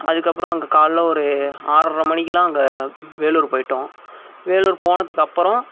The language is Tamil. அதுக்கப்புறம் அங்கே காலைல ஒரு ஆறரை மணிக்கெலாம் அங்கே வேலூர் போயிட்டோம் வேலூர் போனதுக்கப்புறம்